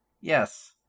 Yes